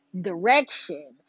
direction